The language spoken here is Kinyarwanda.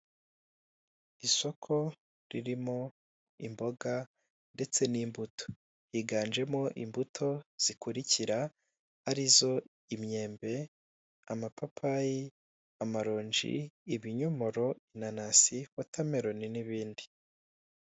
Isoko ririmo imboga ndetse n'imbuto ryiganjemo imbuto zikurikira ari zo imyembe, amapapayi, amaronji, ibinyomoro, inanasi, watermelon n'ibindi.